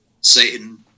Satan